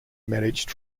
managed